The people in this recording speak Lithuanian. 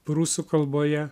prūsų kalboje